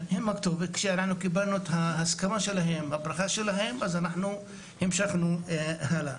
כשאנחנו קיבלנו את הברכה שלהם, המשכנו הלאה.